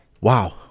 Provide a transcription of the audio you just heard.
Wow